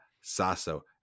Sasso